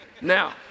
Now